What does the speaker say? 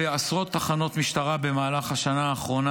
בעשרות תחנות משטרה במהלך השנה האחרונה.